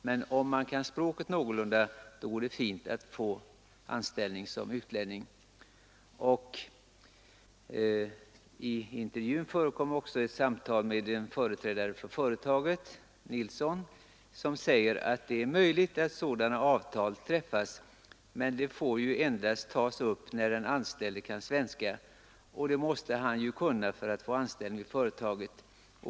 Men om man kan språket någorlunda, då går det fint att få anställning som utlänning.” I intervjun förekom också ett samtal med en företrädare för företaget, Sten Nilsson, som sade att det är möjligt att sådana avtal har träffats, men det får ju endast ske när den anställde kan svenska och det måste han kunna för att få anställning vid företaget.